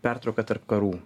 pertrauka tarp karų